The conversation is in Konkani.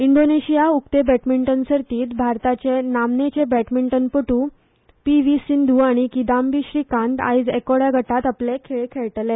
इंडोनेशिया उकते बॅडमिंटन सर्तींत भारताचे नामनेचे बॅडर्मिटनपटू पीव्ही सिंधू आनी किदांबी श्रीकांत आयज एकोड्या गटांत आपले खेळ खेळटले